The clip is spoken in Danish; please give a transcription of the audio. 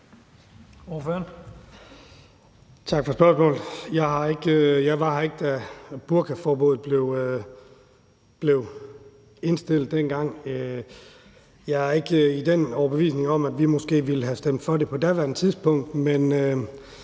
Tak for spørgsmålet. Jeg var her ikke, da burkaforbuddet blev indført dengang. Jeg er ikke af den overbevisning, at vi måske ville have stemt for det på daværende tidspunkt, men